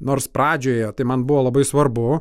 nors pradžioje tai man buvo labai svarbu